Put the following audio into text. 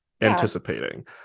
anticipating